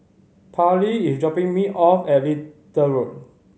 Pairlee is dropping me off at Little Road